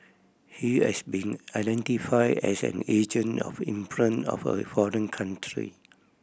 he has been identified as an agent of influence of a foreign country